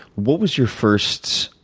what was your first,